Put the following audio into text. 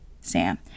sam